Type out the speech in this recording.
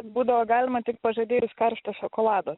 būdavo galima tik pažadėjus karšto šokolado